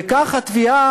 וכך התביעה